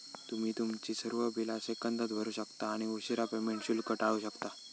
तुम्ही तुमची सर्व बिला सेकंदात भरू शकता आणि उशीरा पेमेंट शुल्क टाळू शकता